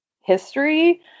history